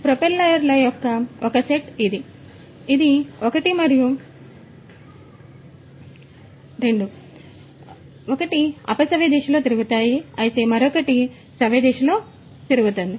ప్రొపెల్లర్ల యొక్క ఒక సెట్ ఇది ఇది ఒకటి మరియు ఇది ఒకటి అవి అపసవ్య దిశలో తిరుగుతాయి అయితే మరొకటి ఈ రెండు సవ్యదిశలో తిరుగుతాయి